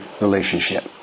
relationship